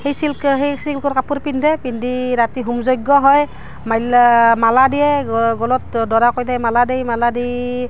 সেই চিল্ক সেই চিল্কৰ কাপোৰ পিন্ধে পিন্ধি ৰাতি হোম যজ্ঞ হয় মাইলা মালা দিয়ে গলত দৰা কইনাই মালা দিয়ে মালা দি